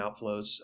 outflows